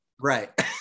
Right